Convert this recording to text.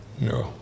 No